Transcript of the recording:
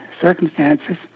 circumstances